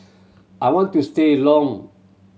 I want to see a long